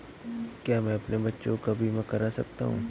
क्या मैं अपने बच्चों का बीमा करा सकता हूँ?